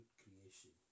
creation